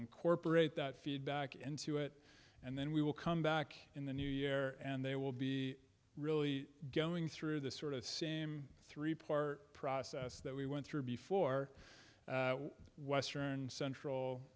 incorporate that feedback into it and then we will come back in the new year and they will be really going through the sort of same three part process that we went through before western central